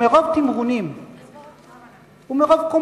ומרוב תמרונים,